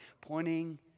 pointing